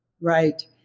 Right